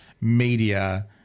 media